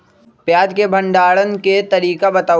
प्याज के भंडारण के तरीका बताऊ?